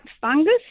fungus